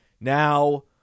Now